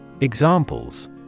Examples